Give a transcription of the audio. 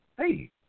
hey